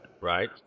Right